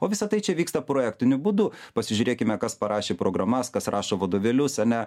o visa tai čia vyksta projektiniu būdu pasižiūrėkime kas parašė programas kas rašo vadovėlius ane